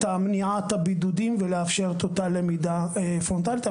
מניעת הבידודים ולאפשר את אותה למידה פרונטלית.